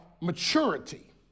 maturity